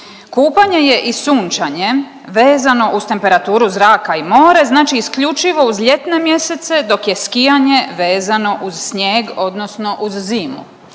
kupanje je i sunčanje vezano uz temperaturu zraka i more, znači isključivo uz ljetne mjesece, dok je skijanje vezano uz snijeg, odnosno uz zimu.